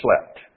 slept